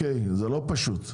זה לא פשוט.